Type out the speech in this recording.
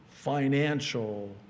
financial